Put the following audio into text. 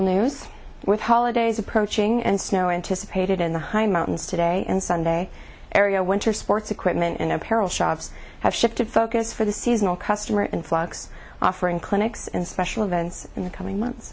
news with holidays approaching and snow anticipated in the high mountains today and sunday area winter sports equipment and apparel shops have shifted focus for the seasonal customer influx offering clinics and special events in the coming months